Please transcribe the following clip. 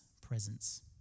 presence